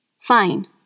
Fine